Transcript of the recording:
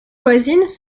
voisines